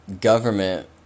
government